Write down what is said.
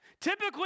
Typically